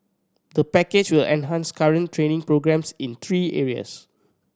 the package will enhance current training programmes in three areas